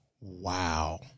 Wow